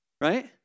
right